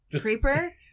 Creeper